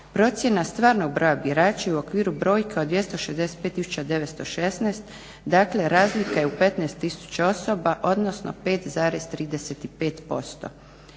Procjena stvarnog broja birača i u okviru brojke od 265 916 dakle razlika je u 15 000 osobama, odnosno 5,35%.